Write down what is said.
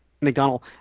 McDonald